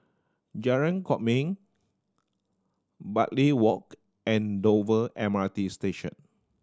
Jalan Kwok Min Bartley Walk and Dover M R T Station